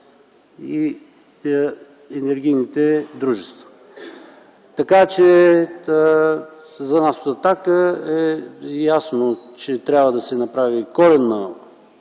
и енергийните дружества. За нас от „Атака” е ясно, че трябва да се направи коренно